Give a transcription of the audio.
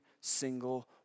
single